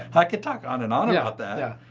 i could talk on and on about that. yeah.